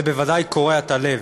זה בוודאי קורע את הלב,